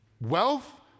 wealth